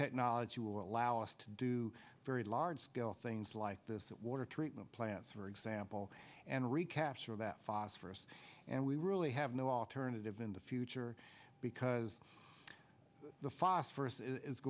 technology will allow us to do very large scale things like this that water treatment plants for example and recapture that phosphorus and we really have no alternative in the future because the phosphorus is